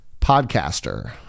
podcaster